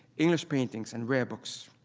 english paintings and rare books.